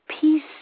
Peace